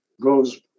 goes